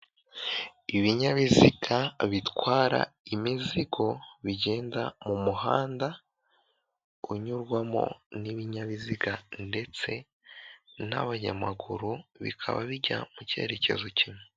Ibinyabiziga bitwara imizigo bigenda mu muhanda unyurwamo n'ibinyabiziga ndetse n'abanyamaguru, bikaba bijya mu cyerekezo kimwe.